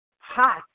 Hot